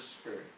Spirit